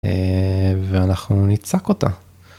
ואנחנו נצעק אותה.